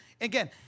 again